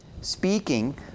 Speaking